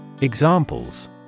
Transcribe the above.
Examples